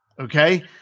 Okay